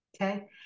Okay